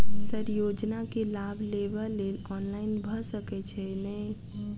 Sir योजना केँ लाभ लेबऽ लेल ऑनलाइन भऽ सकै छै नै?